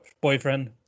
boyfriend